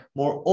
more